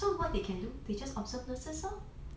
so what they can do they just observe nurses lor